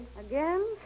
Again